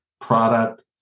product